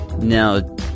Now